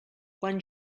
quan